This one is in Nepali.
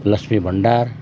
लक्ष्मी भण्डार